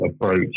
approach